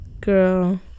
Girl